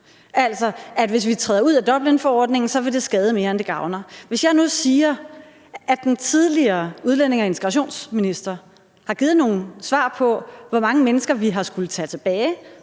Altså, at hvis vi træder ud af Dublinforordningen, vil det skade mere, end det gavner. Jeg kan sige, at den tidligere udlændinge- og integrationsminister har givet nogle svar på, hvor mange mennesker vi har skullet tage tilbage